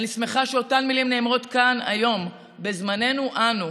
אני שמחה שאותן מילים נאמרות כאן היום בזמננו אנו.